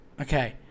Okay